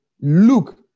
Look